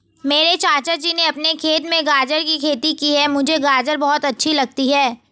मेरे चाचा जी ने अपने खेत में गाजर की खेती की है मुझे गाजर बहुत अच्छी लगती है